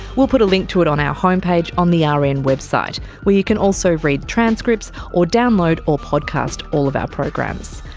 we'll put a link to it on our homepage on the rn and website where you can also read transcripts or download or podcast all of our programs.